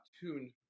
tuned